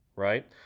Right